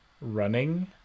running